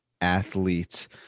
athletes